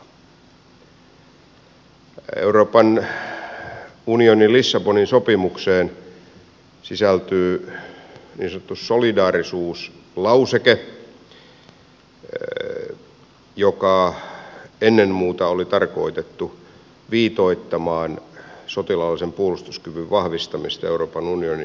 euroopan unionin lissabonin sopimukseen sisältyy niin sanottu solidaarisuuslauseke joka ennen muuta oli tarkoitettu viitoittamaan sotilaallisen puolustuskyvyn vahvistamista euroopan unionin jäsenmaiden kesken